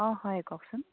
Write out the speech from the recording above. অঁ হয় কওকচোন